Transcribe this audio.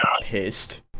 pissed